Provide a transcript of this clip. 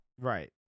Right